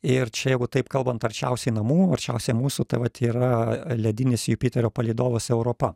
ir čia jeigu taip kalbant arčiausiai namų arčiausiai mūsų taip vat yra ledinis jupiterio palydovas europa